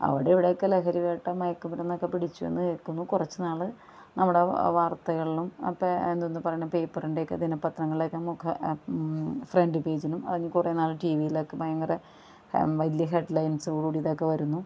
അവിടെ ഇവിടെയൊക്കെ ലഹരിവേട്ട മയക്ക് മരുന്നൊക്കെ പിടിച്ചു എന്ന് കേൾക്കുമ്പം കുറച്ച് നാള് നമ്മുടെ വാർത്തകളിൽ അപ്പം എന്തോന്നാ പറയുന്നത് പേപ്പറിൻ്റയൊക്കെ ദിനപ്പത്രങ്ങളുടെ ഒക്കെ മുഖ ഫ്രണ്ട് പേജിലും അത് കുറെ നാള് ടീവിയിലുമൊക്കെ ഭയങ്കര വലിയ ഹെഡ്ലൈൻസ്സോട് കൂടി ഇതൊക്കെ വരുന്നു